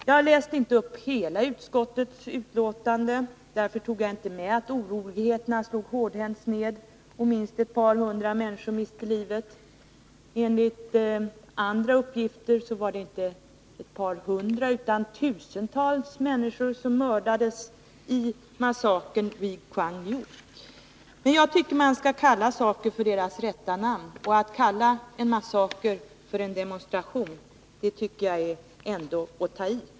Jag läste inte upp hela utskottets betänkande, och därför tog jag inte med denna mening: ”Oroligheterna slogs hårdhänt ned, och minst ett par hundra människor miste livet.” Enligt andra uppgifter var det inte ett par hundra utan tusentals människor som mördades i massakern vid Kwangju. Men jag tycker att man skall kalla saker vid deras rätta namn, och att kalla en massaker för en demonstration är att ta i.